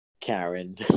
Karen